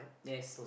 yes